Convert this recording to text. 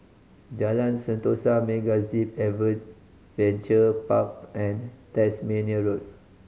Jalan Sentosa MegaZip Adventure Park and Tasmania Road